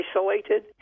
isolated